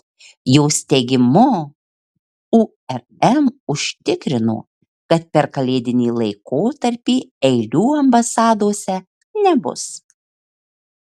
jos teigimu urm užtikrino kad per kalėdinį laikotarpį eilių ambasadose nebus